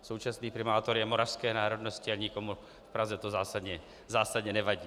Současný primátor je moravské národnosti a nikomu v Praze to zásadně nevadí.